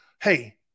Hey